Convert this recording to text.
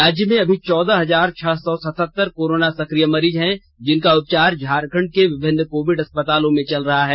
राज्य में अभी चौदह हजार छह सौ सतहत्तर कोरोना सक्रिय मरीज हैं जिनका उपचार झारखंड के विभिन्न कोविड अस्पतालों में चल रहा है